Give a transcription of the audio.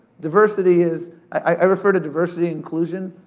diversity is, i refer to diversity inclusion,